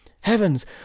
Heavens